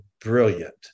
brilliant